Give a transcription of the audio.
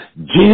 Jesus